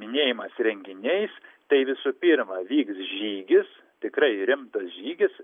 minėjimas renginiais tai visų pirma vyks žygis tikrai rimtas žygis